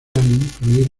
incluir